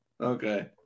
Okay